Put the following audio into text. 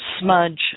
smudge